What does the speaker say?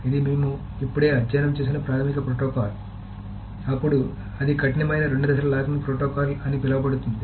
ఇది మేము ఇప్పుడే అధ్యయనం చేసిన ప్రాథమిక ప్రోటోకాల్ అప్పుడు అది కఠినమైన రెండు దశల లాకింగ్ ప్రోటోకాల్ అని పిలవబడుతుంది